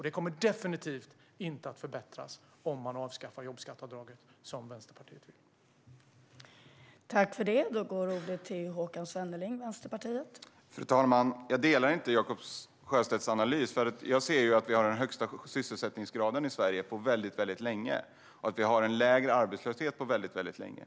Det kommer definitivt inte att förbättras om man avskaffar jobbskatteavdraget, som Vänsterpartiet vill göra.